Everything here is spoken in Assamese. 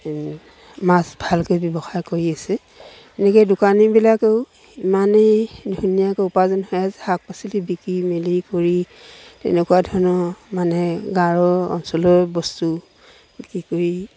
মাছ ভালকৈ ব্যৱসায় কৰি আছে এনেকৈ দোকানীবিলাকেও ইমানেই ধুনীয়াকৈ উপাৰ্জন হৈ আছে শাক পাচলি বিকি মেলি কৰি তেনেকুৱা ধৰণৰ মানে গাঁৱৰ অঞ্চলৰ বস্তু বিক্ৰী কৰি